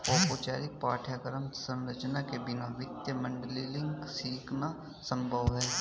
औपचारिक पाठ्यक्रम संरचना के बिना वित्तीय मॉडलिंग सीखना संभव हैं